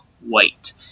White